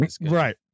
right